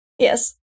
Yes